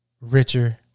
richer